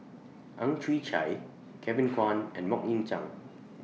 Ang Chwee Chai Kevin Kwan and Mok Ying Jang